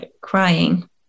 crying